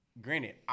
Granted